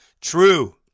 true